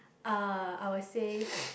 uh I will say